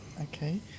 Okay